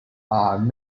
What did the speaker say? are